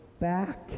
back